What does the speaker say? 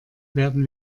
werden